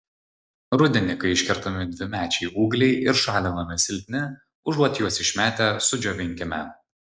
rudenį kai iškertami dvimečiai ūgliai ir šalinami silpni užuot juos išmetę sudžiovinkime